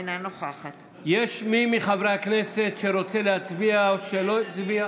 אינה נוכחת יש מי מחברי הכנסת שרוצה להצביע או לא הצביע?